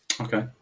Okay